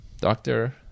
Doctor